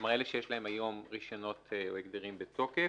כלומר אלה שיש להם היום רישיונות או הגדרים בתוקף,